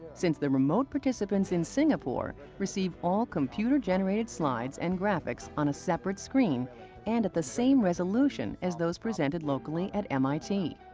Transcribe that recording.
since the remote participants in singapore receive all computer-generated slides and graphics on a separate screen and at the same resolution as those presented locally at mit.